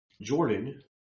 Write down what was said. Jordan